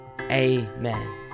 amen